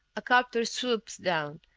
a copter swooped down,